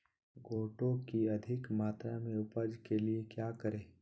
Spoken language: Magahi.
गोटो की अधिक मात्रा में उपज के लिए क्या करें?